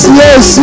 yes